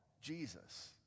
Jesus